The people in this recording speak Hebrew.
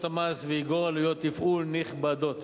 המס ויגרור עלויות תפעול נכבדות.